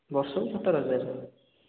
ବର୍ଷକୁ ସତର ହଜାର